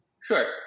Sure